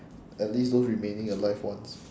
at least those remaining alive ones